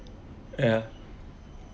ya